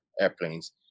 airplanes